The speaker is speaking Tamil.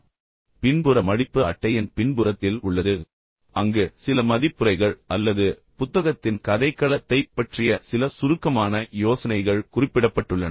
எனவே பின்புற மடிப்பு அட்டையின் பின்புறத்தில் உள்ளது அங்கு சில மதிப்புரைகள் அல்லது புத்தகத்தின் கதைக்களத்தைப் பற்றிய சில சுருக்கமான யோசனைகள் குறிப்பிடப்பட்டுள்ளன